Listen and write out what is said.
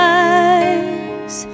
eyes